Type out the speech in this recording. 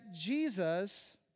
Jesus